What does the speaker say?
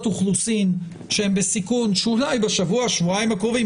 אוכלוסין שהן בסיכון שאולי בשבוע-שבועיים הקרובים,